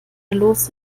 los